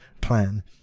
plan